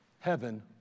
Heaven